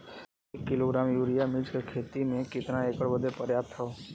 एक kilogram urea मिर्च क खेती में कितना एकड़ बदे पर्याप्त ह?